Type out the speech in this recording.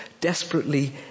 desperately